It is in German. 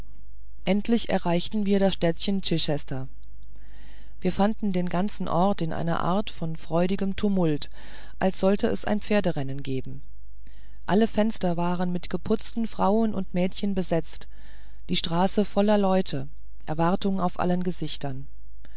endlich erreichten wir das städtchen chichester wir fanden den ganzen ort in einer art von freudigem tumult als sollte es ein pferderennen geben alle fenster waren mit geputzten frauen und mädchen besetzt die straße voller leute erwartung auf allen gesichtern